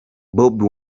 bobi